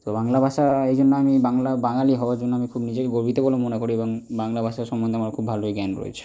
তো বাংলা ভাষা এই জন্য আমি বাংলা বাঙালি হওয়ার জন্য আমি খুব নিজেকে গর্বিত বলে মনে করি এবং বাংলা ভাষা সম্বন্ধে আমার খুব ভালোই জ্ঞান রয়েছে